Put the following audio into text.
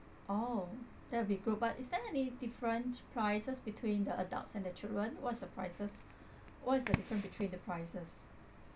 oh that would be good but is there any different prices between the adults and the children what is the prices what is the different between the prices